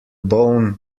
bone